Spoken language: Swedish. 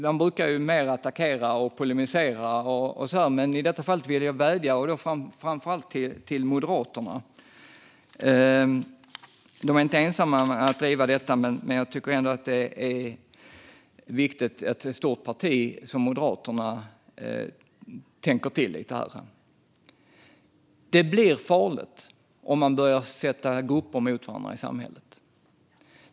Man brukar attackera och polemisera, men nu vill jag framföra en vädjan till Moderaterna. Det är viktigt att ett stort parti som Moderaterna tänker till. Det blir farligt om grupper ställs mot varandra i samhället.